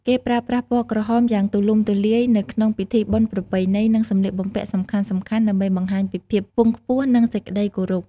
គេប្រើប្រាស់ពណ៌ក្រហមយ៉ាងទូលំទូលាយនៅក្នុងពិធីបុណ្យប្រពៃណី និងសម្លៀកបំពាក់សំខាន់ៗ ដើម្បីបង្ហាញពីភាពខ្ពង់ខ្ពស់ និងសេចក្តីគោរព។